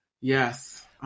Yes